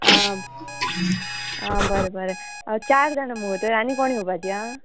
आं आं बरें बरें चार जाणा मुगो तर आनी कोण येवपाचीं हा